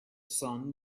sun